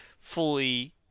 fully